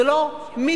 זה לא מישהו,